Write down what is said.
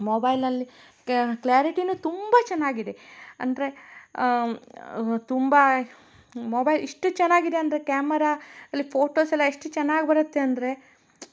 ಮೊಬೈಲಲ್ಲಿ ಕ್ಲ್ಯಾರಿಟಿನು ತುಂಬ ಚೆನ್ನಾಗಿದೆ ಅಂದರೆ ತುಂಬ ಮೊಬೈಲ್ ಇಷ್ಟು ಚೆನ್ನಾಗಿದೆ ಅಂದರೆ ಕ್ಯಾಮರಾ ಅಲ್ಲಿ ಪೋಟೋಸೆಲ್ಲ ಎಷ್ಟು ಚೆನ್ನಾಗ್ ಬರುತ್ತೆ ಅಂದರೆ